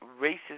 racist